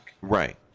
right